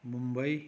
Mumbai